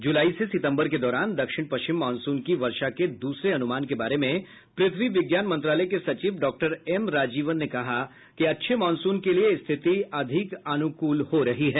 जुलाई से सितम्बर के दौरान दक्षिण पश्चिम मॉनसून की वर्षा के दूसरे अनुमान के बारे में पृथ्वी विज्ञान मंत्रालय के सचिव डॉक्टर एम राजीवन ने कहा कि अच्छे मॉनसून के लिए स्थिति अधिक अनुकूल हो रही है